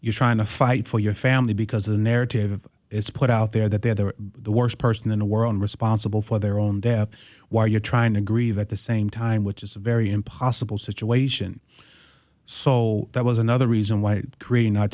you're trying to fight for your family because the narrative is put out there that they're the worst person in the world responsible for their own death while you're trying to grieve at the same time which is a very impossible situation so that was another reason why create an